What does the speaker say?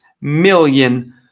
million